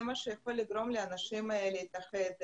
זה מה שיכול לגרום לאנשים להתאחד.